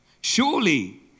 Surely